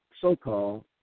so-called